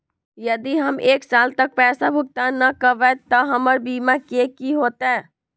यदि हम एक साल तक पैसा भुगतान न कवै त हमर बीमा के की होतै?